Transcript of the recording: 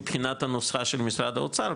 מבחינת הנוסחה של משרד האוצר,